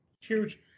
huge